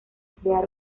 crear